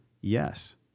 yes